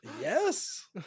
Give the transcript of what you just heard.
Yes